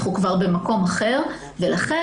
אנחנו כבר במקום אחר ולכן,